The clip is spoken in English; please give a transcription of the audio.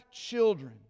children